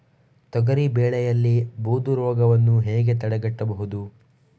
ತೊಗರಿ ಬೆಳೆಯಲ್ಲಿ ಬೂದು ರೋಗವನ್ನು ಹೇಗೆ ತಡೆಗಟ್ಟಬಹುದು?